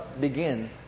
begin